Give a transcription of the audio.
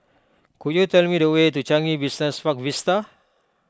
could you tell me the way to Changi Business Park Vista